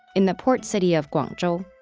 in the port city of guangzhou.